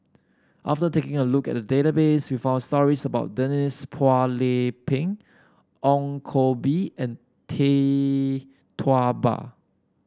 after taking a look at the database we found stories about Denise Phua Lay Peng Ong Koh Bee and Tee Tua Ba